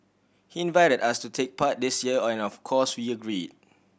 he invited us to take part this year and of course we agreed